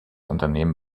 unternehmen